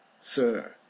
Sir